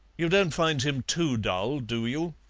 you don't find him too dull, do you?